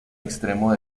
extremo